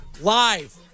Live